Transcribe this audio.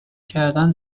کردن